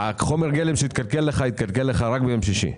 וחומר הגלם התקלקל לך רק ביום שישי.